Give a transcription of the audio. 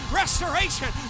restoration